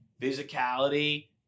physicality